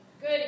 Good